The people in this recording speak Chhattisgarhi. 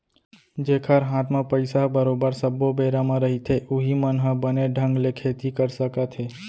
जेखर हात म पइसा ह बरोबर सब्बो बेरा म रहिथे उहीं मन ह बने ढंग ले खेती कर सकत हे